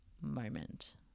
moment